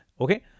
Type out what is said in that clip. Okay